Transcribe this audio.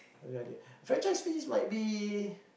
any idea franchise things might be